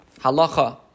Halacha